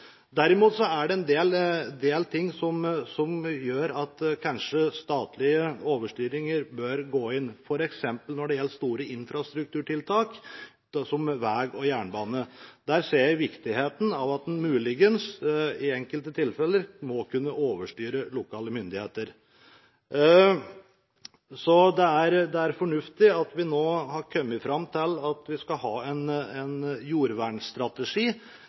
Derimot er det en del saker hvor statlig overstyring kanskje bør gå inn, f.eks. når det gjelder store infrastrukturtiltak, som vei og jernbane. Der ser jeg viktigheten av at en muligens i enkelte tilfeller må kunne overstyre lokale myndigheter. Det er fornuftig at vi nå har kommet fram til at vi skal ha en jordvernstrategi og ikke en